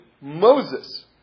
Moses